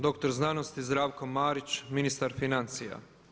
Doktor znanosti Zdravko Marić, ministar financija.